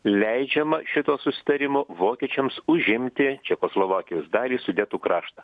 leidžiama šituo susitarimu vokiečiams užimti čekoslovakijos dalį sudetų kraštą